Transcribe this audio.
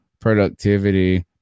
productivity